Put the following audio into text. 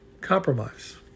Compromise